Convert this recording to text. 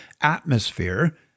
atmosphere